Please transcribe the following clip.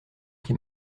qui